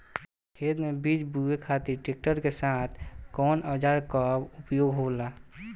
खेत में बीज बोए खातिर ट्रैक्टर के साथ कउना औजार क उपयोग होला?